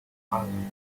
island